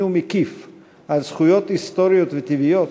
ומקיף על זכויות היסטוריות וטבעיות,